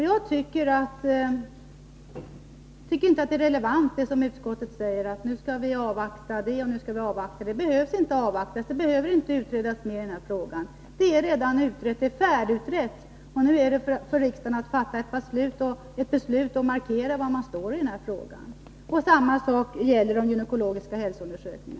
Jag tycker inte att det är relevant när utskottet säger att nu skall vi avvakta. Vi behöver inte avvakta, det behöver inte utredas mer i den här frågan. Det är redan färdigutrett, och nu gäller det för riksdagen att fatta ett beslut och markera var vi står. Samma sak gäller de gynekologiska hälsoundersökningarna.